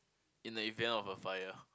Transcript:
in the event of a fire